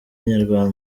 inyarwanda